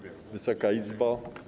Wysoka Izbo!